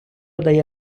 дає